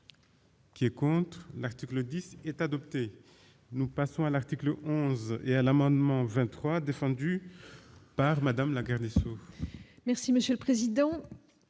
Qui est contre l'article 10 est adopté, nous passons à l'article 11 et à l'amendement 23 défendue par Madame Lagarde.